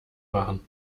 machen